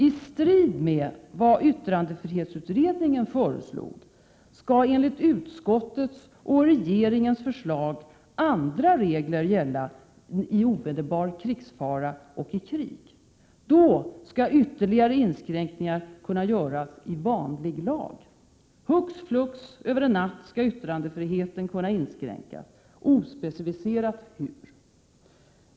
I strid med vad yttrandefrihetsutredningen 18 maj 1988 föreslog skall enligt utskottets och regeringens förslag andra regler gälla vid omedelbar krigsfara och i krig. Då skall ytterligare inskränkningar kunna göras genom vanlig lag. Hux flux — över en natt — skall yttrandefriheten kunna inskränkas, ospecifiserat hur.